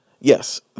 yes